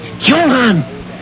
Johan